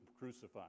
crucified